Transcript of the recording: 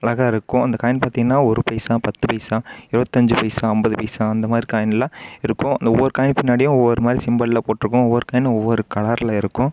அழகாக இருக்கும் அந்த காயின் பார்த்திங்கனா ஒரு பைசா பத்து பைசா இருபத்தஞ்சு பைசா ஐம்பது பைசா அந்தமாதிரி காயின் எல்லாம் இருக்கும் அந்த ஒவ்வொரு காயின் பின்னாடியும் ஒவ்வொரு மாதிரி சிம்பிலில் போட்டு இருக்கும் ஒவ்வொரு காயினும் ஒவ்வொரு கலரில் இருக்கும்